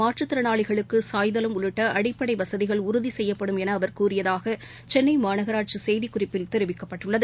மாற்றுத்திறனாளிகள் சாய்தளம் உள்ளிட்ட அடிப்படை வசதிகள் உறுதி செய்யப்படும் என அவர் கூறியதாக சென்னை மாநகராட்சி செய்திக் குறிப்பில் தெரிவிக்கப்பட்டுள்ளது